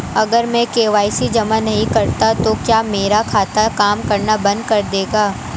अगर मैं के.वाई.सी जमा नहीं करता तो क्या मेरा खाता काम करना बंद कर देगा?